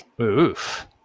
Oof